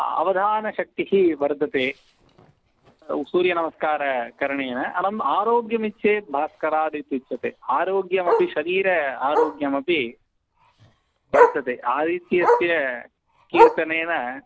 अवधानशक्तिः वर्धते सूर्यनमस्कारकरणेन अनम् आरोग्यमिच्छेत् भास्करादित्युच्यते आरोग्यमपि शरीरम् आरोग्यमपि वर्तते आदित्यस्य कीर्तनेन